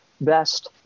Best